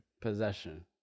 possession